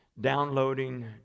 downloading